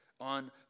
on